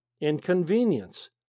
inconvenience